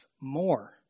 more